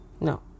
No